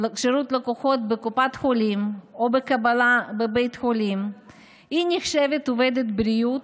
לקוחות בקופת חולים או בקבלה בבית חולים נחשבת עובדת בריאות?